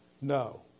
no